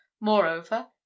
Moreover